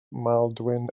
maldwyn